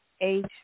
age